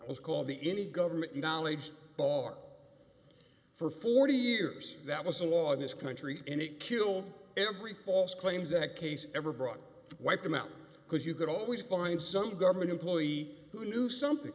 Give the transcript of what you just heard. was called the any government knowledge bar for forty years that was a law in this country any kill every false claims that case ever brought wipe them out because you could always find some government employee who knew something